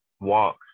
walk